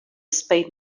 spade